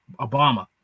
obama